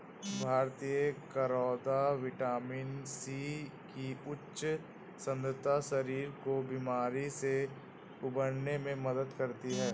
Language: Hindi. भारतीय करौदा विटामिन सी की उच्च सांद्रता शरीर को बीमारी से उबरने में मदद करती है